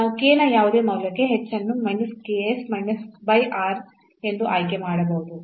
ನಾವು k ನ ಯಾವುದೇ ಮೌಲ್ಯಕ್ಕೆ h ಅನ್ನು ಎಂದು ಆಯ್ಕೆ ಮಾಡಬಹುದು